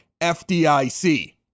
FDIC